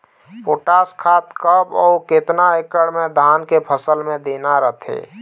Potash खाद कब अऊ केतना एकड़ मे धान के फसल मे देना रथे?